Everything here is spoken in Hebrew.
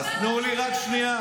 אז תנו לי רק שנייה.